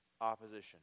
opposition